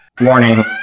Warning